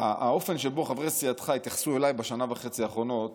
האופן שבו חברי סיעתך התייחסו אליי בשנה וחצי האחרונות